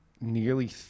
nearly